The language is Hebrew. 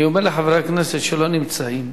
אני אומר לחברי הכנסת שלא נמצאים,